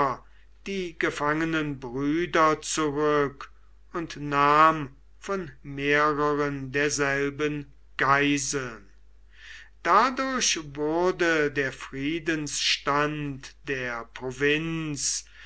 die gefangenen brüder zurück und nahm von mehreren derselben geiseln dadurch wurde der friedensstand der provinz